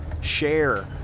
Share